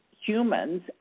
humans